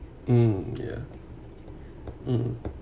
mm ya mm